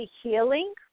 healing